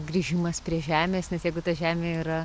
grįžimas prie žemės net jeigu ta žemė yra